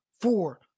four